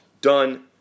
done